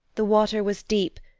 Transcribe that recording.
the water was deep,